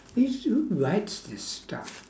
who writes this stuff